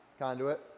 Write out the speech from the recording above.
conduit